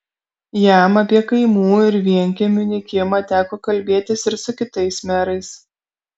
jam apie kaimų ir vienkiemių nykimą teko kalbėtis ir su kitais merais